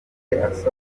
yatumye